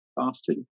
fasted